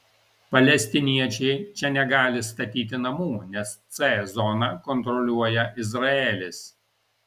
palestiniečiai čia negali statyti namų nes c zoną kontroliuoja izraelis